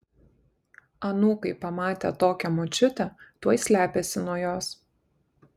anūkai pamatę tokią močiutę tuoj slepiasi nuo jos